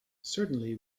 certainly